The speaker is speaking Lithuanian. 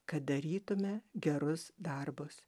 kad darytume gerus darbus